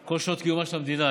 כל שנות קיומה של המדינה.